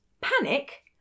panic